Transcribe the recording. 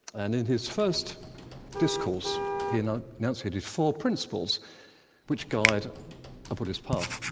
and in his first discourse, he you know announced really four principles which guide a buddhist path.